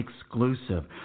exclusive